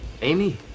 Amy